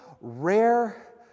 rare